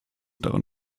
daran